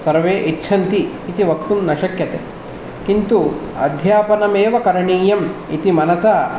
सर्वे इच्छन्ति इति वक्तुं न शक्यते किन्तु अध्यापनमेव करणीयम् इति मनसा